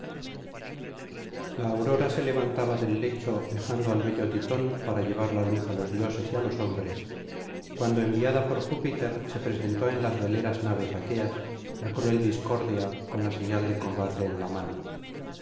la aurora se levantaba del lecho dejando al bello ti ton para llevar la luz á los dioses y á los hombres cuando enviada por júpiter se presentó en las veleras naves aqueas la cruel discordia con la señal del combate en la mano